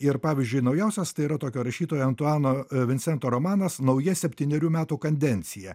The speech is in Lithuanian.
ir pavyzdžiui naujausias tai yra tokio rašytojo antuano vincento romanas nauja septynerių metų kandencija